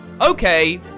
Okay